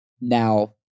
now